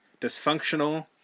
dysfunctional